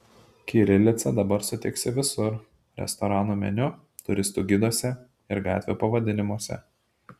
kirilicą dabar sutiksi visur restoranų meniu turistų giduose ir gatvių pavadinimuose